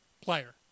player